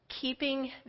keeping